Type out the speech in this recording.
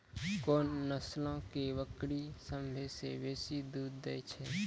कोन नस्लो के बकरी सभ्भे से बेसी दूध दै छै?